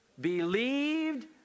believed